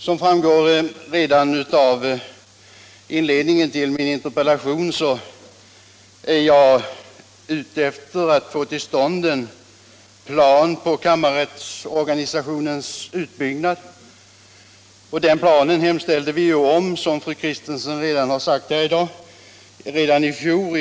Som framgår redan av inledningen till min interpellation är jag ute efter att få till stånd en plan för kammarrättsorganisationens utbyggnad. Den planen hemställde riksdagen om, som fru Kristensson har sagt, redan i fjol.